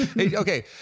okay